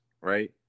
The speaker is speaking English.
right